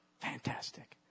Fantastic